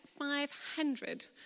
500